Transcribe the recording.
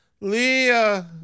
Leah